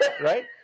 right